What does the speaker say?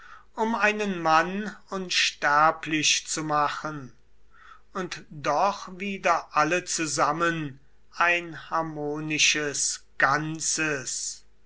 um einen mann unsterblich zu machen und doch wieder alle zusammen ein harmonisches ganzes